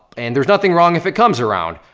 and there's nothing wrong if it comes around.